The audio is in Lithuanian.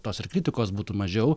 tos ir kritikos būtų mažiau